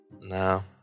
No